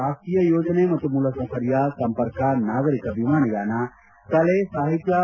ರಾಷ್ಲೀಯ ಯೋಜನೆ ಮತ್ತು ಮೂಲಸೌಕರ್ಯ ಸಂಪರ್ಕ ನಾಗರೀಕ ವಿಮಾನಯಾನ ಕಲೆ ಸಾಹಿತ್ಲ